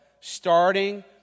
starting